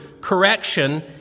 correction